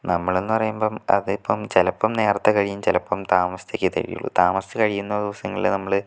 നമ്മളെന്ന് പറയുമ്പം അതിപ്പം ചിലപ്പം നേരത്തെ കഴിയും ചിലപ്പം താമസിച്ചൊക്കെയെ കഴിയുള്ള് താമസിച്ച് കഴിയുന്ന ദിവസങ്ങളില് നമ്മള്